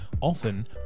often